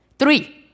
Three